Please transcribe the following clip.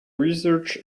research